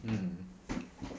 mm